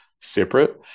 separate